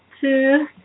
two